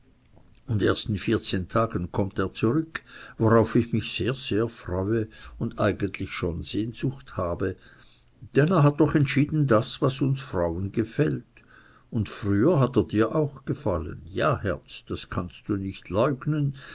und erst in vierzehn tagen kommt er zurück worauf ich mich sehr sehr freue und eigentlich schon sehnsucht habe denn er hat doch entschieden das was uns frauen gefällt und früher hat er dir auch gefallen ja herz das kannst du nicht leugnen